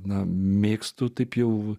na mėgstu taip jau